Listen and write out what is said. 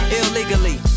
illegally